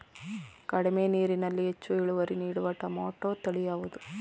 ಕಡಿಮೆ ನೀರಿನಲ್ಲಿ ಹೆಚ್ಚು ಇಳುವರಿ ನೀಡುವ ಟೊಮ್ಯಾಟೋ ತಳಿ ಯಾವುದು?